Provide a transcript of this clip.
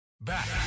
Back